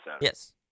Yes